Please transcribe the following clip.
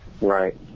Right